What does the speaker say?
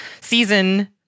season